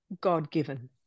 God-given